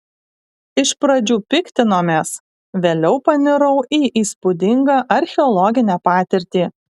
iš pradžių piktinomės vėliau panirau į įspūdingą archeologinę patirtį